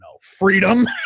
freedom